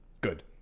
Good